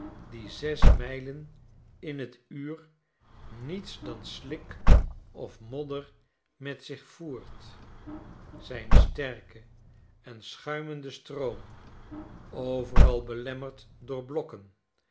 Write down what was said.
die zes mijlen in t uur niets dan slik of modder met zich voert zijn sterke en schuimende stroom overal belemmerd door blokken